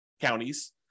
counties